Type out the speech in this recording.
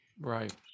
Right